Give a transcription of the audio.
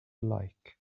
like